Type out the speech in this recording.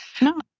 No